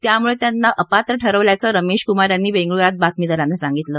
यामुळे त्यांना अपात्र ठरवल्याचं रमेश कुमार यांनी बेंगळुरात बातमीदारांना सांगितलं